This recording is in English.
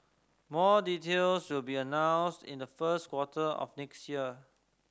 more details will be announced in the first quarter of next year